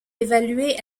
évalué